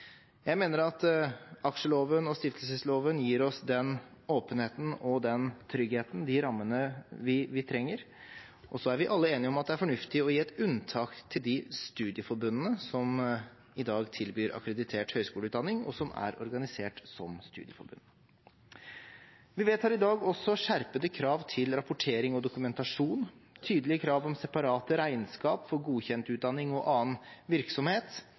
Jeg mener at aksjeloven og stiftelsesloven gir oss den åpenheten og tryggheten, de rammene vi trenger, og så er vi alle enige om at det er fornuftig å gi et unntak til de studieforbundene som i dag tilbyr akkreditert høyskoleutdanning, og som er organisert som studieforbund. Vi vedtar i dag også skjerpede krav til rapportering og dokumentasjon, tydelige krav om separate regnskap for godkjent utdanning og annen virksomhet,